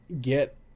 get